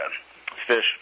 fish